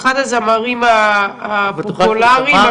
"אחד הזמרים הפופולריים במגזר,